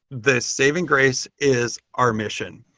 the saving grace is our mission.